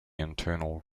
internal